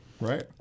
right